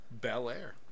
Belair